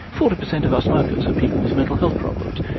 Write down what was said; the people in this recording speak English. forty percent of our smokers are people with mental health problems.